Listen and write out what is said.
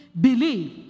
believe